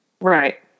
Right